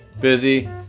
Busy